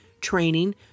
training